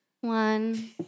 One